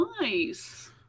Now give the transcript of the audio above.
Nice